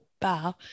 bow